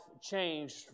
changed